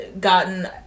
gotten